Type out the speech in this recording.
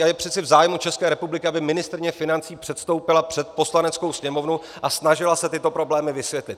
A je přece v zájmu České republiky, aby ministryně financí předstoupila před Poslaneckou sněmovnu a snažila se tyto problémy vysvětlit.